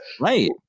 right